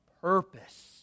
purpose